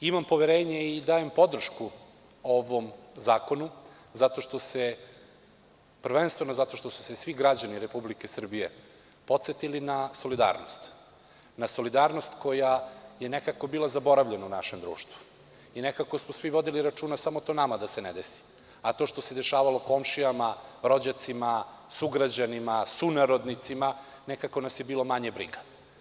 Imam poverenje i dajem podršku ovom zakonu prvenstveno zato što su se svi građani Srbije podsetili na solidarnost, na solidarnost koja je nekako bila zaboravljena u našem društvu i nekako smo svi vodili računa samo to nama da se ne desi, a to što se dešavalo komšijama, rođacima, sugrađanima, sunarodnicima, nekako nas je bilo manje briga.